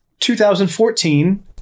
2014